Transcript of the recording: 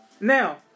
Now